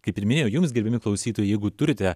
kaip ir minėjau jums gerbiami klausytojai jeigu turite